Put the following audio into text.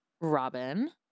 robin